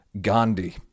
Gandhi